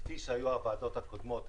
כפי שהיו ועדות הקודמות,